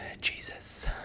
Jesus